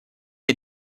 est